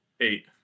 Eight